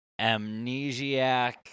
amnesiac